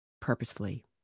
purposefully